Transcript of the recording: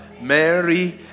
Mary